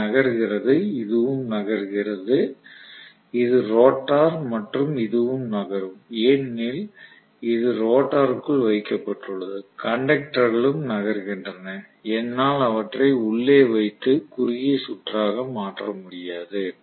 இது நகர்கிறது இதுவும் நகர்கிறது இது ரோட்டார் மற்றும் இதுவும் நகரும் ஏனெனில் இது ரோட்டருக்குள் வைக்கப்பட்டுள்ளது கண்டக்டர்களும் நகர்கின்றன என்னால் அவற்றை உள்ளே வைத்து குறுகிய சுற்றாக மாற்ற முடியாது